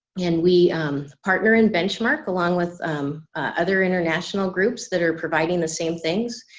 and we partner and benchmark along with other international groups that are providing the same things.